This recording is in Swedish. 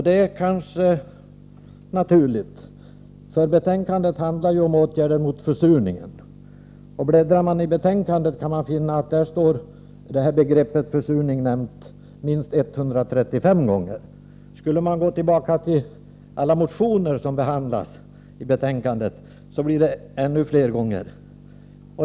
Det är kanske naturligt, för betänkandet handlar ju om åtgärder mot försurningen, och om man bläddrar i betänkandet kan man se att begreppet försurning står nämnt minst 135 gånger. Skulle man gå tillbaka till alla motioner som behandlas i betänkandet blir det ännu fler gånger.